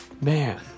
Man